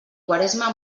quaresma